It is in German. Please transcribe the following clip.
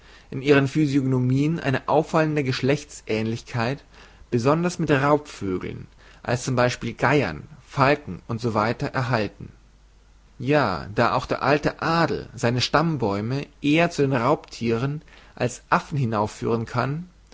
in ihren physiognomien eine auffallende geschlechtsähnlichkeit besonders mit raubvögeln als z b geiern falken u s w erhalten ja da auch der alte adel seine stammbäume eher zu den raubthieren als affen hinaufführen kann